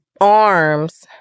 arms